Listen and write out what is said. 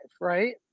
right